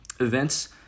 events